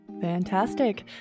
Fantastic